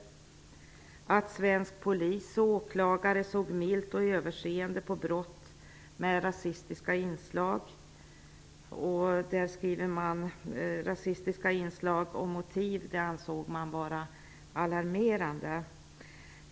Det sades att svensk polis och åklagare såg milt och överseende på brott med rasistiska inslag. Man ansåg att rasistiska inslag och motiv var alarmerande. Herr talman!